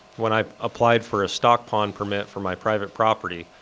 when i applied for a stock pond permit for my private property,